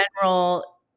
general